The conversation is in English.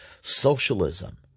socialism